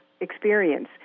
experience